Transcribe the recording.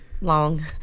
long